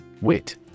Wit